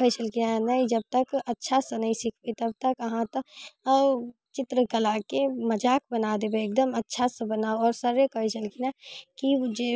कहै छलखिन हँ नहि जब तक अच्छासँ नहि सीखबही तब तक अहाँ चित्रकलाके मजाक बना देबै एकदम अच्छासँ बनाउ आओर सरे कहै छलखिन हँ की जे